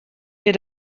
ihr